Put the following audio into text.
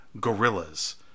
gorillas